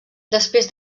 després